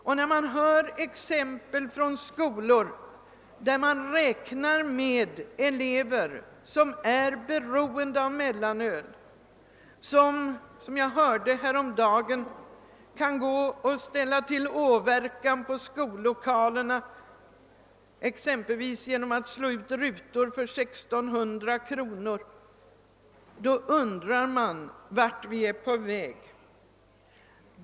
Och när man från skolorna får exempel på hur vissa elever beräknas vara beroende av mellanöl och — som jag hörde häromdagen — kan gå och ställa till åverkan på skollokalerna genom att slå ut rutor för 1 600 kronor, då undrar man vart vi är på väg.